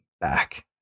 back